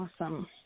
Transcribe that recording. Awesome